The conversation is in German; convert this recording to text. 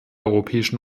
europäischen